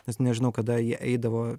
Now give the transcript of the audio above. nes nežinau kada jie eidavo